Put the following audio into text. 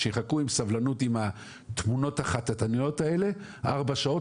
שיחכו עם סבלנות עם התמונות החטטניות האלה ארבע שעות,